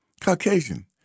Caucasian